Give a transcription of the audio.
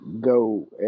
go